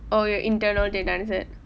oh your internal deadline is it